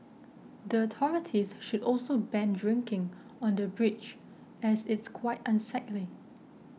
the authorities should also ban drinking on the bridge as it's quite unsightly